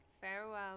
Farewell